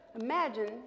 imagine